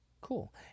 Cool